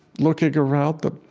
looking around them.